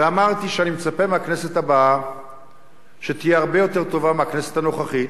ואמרתי שאני מצפה מהכנסת הבאה שתהיה הרבה יותר טובה מהכנסת הנוכחית,